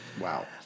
Wow